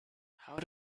how